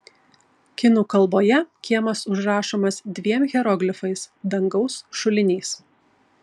kinų kalboje kiemas užrašomas dviem hieroglifais dangaus šulinys